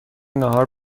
ناهار